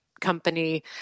company